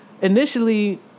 initially